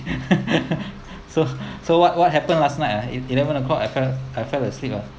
so so what what happened last night ah eleven o'clock I fell I fell asleep ah